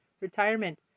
retirement